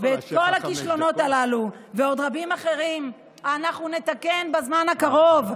את כל הכישלונות הללו ועוד רבים אחרים אנחנו נתקן בזמן הקרוב.